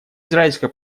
израильско